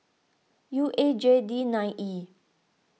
U A J D nine E